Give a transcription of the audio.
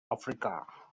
africa